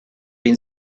been